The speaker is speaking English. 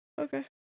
okay